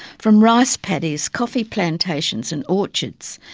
from rice paddies, coffee plantations and orchards,